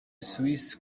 suisse